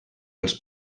als